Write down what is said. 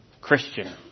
Christian